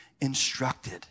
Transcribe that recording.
instructed